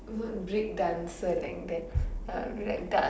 break dancer like that uh like dance